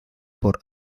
por